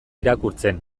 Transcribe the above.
irakurtzen